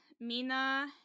mina